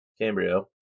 Cambrio